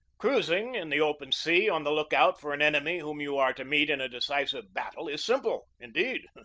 cruising in the open sea on the lookout for an enemy whom you are to meet in a decisive battle is simple, indeed,